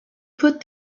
put